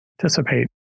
participate